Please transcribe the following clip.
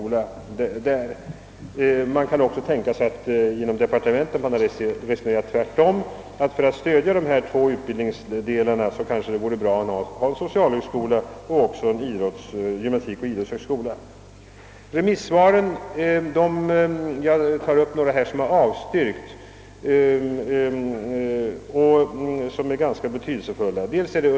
Det kan naturligtvis också tänkas att man i departementet resonerat tvärtom och anser att det för att stödja de redan befintliga högskolorna i Örebro vore bra att få en socialhögskola samt en gymnastikoch idrottshögskola förlagda dit. Några betydelsefulla remissinstanser har avstyrkt det föreliggande förslaget.